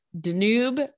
Danube